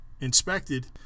inspected